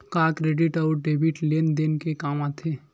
का क्रेडिट अउ डेबिट लेन देन के काम आथे?